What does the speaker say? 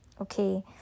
Okay